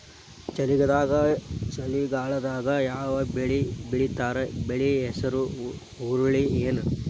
ಚಳಿಗಾಲದಾಗ್ ಯಾವ್ ಬೆಳಿ ಬೆಳಿತಾರ, ಬೆಳಿ ಹೆಸರು ಹುರುಳಿ ಏನ್?